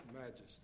majesty